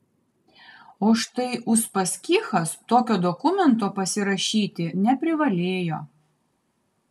o štai uspaskichas tokio dokumento pasirašyti neprivalėjo